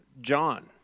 John